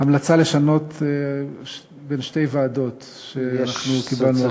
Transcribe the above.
המלצה לשנות ועדה, כפי שאנחנו קיבלנו החלטה.